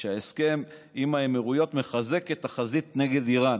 שההסכם עם האמירויות מחזק את החזית נגד איראן.